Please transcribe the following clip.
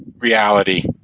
reality